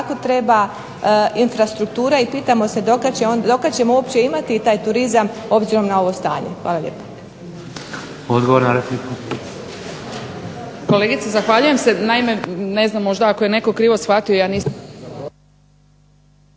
itekako treba infrastruktura i pitamo se dokad ćemo uopće imati ovaj turizam obzirom na ovo stanje. Hvala lijepo.